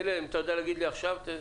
אתה יודע להגיד לי עכשיו?